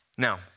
Now